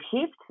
shift